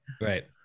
right